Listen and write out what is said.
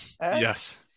Yes